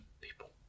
people